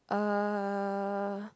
uh